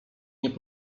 nie